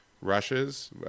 rushes